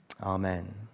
amen